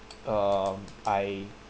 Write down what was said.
um I